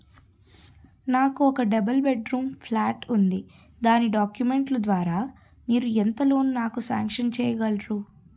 నాకు ఒక double bed room flat ఉంది దాని డాక్యుమెంట్స్ లు ద్వారా మీరు ఎంత లోన్ నాకు సాంక్షన్ చేయగలరు?